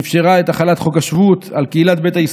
שאפשרה את החלת חוק השבות על קהילת ביתא ישראל,